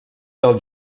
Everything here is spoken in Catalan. del